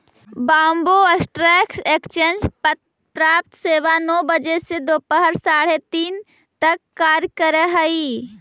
Bombay stock exchange प्रातः सवा नौ बजे से दोपहर साढ़े तीन तक कार्य करऽ हइ